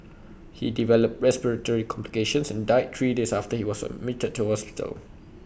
he developed respiratory complications and died three days after he was admitted to hospital